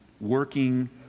working